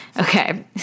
Okay